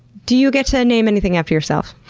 do you get to name anything after yourself?